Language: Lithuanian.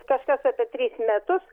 kažkas apie tris metus